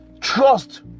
trust